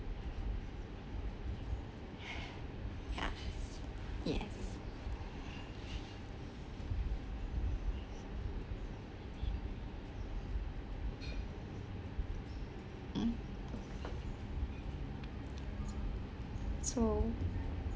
ya yes hmm so